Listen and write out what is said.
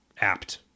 apt